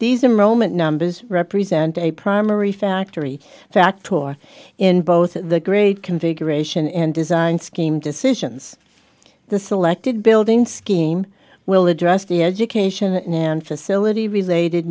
these are moment numbers represent a primary factory fact or in both the grade configuration and design scheme decisions the selected building scheme will address the education and